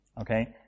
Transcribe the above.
okay